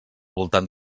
voltant